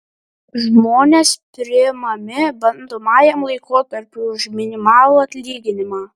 žmonės priimami bandomajam laikotarpiui už minimalų atlyginimą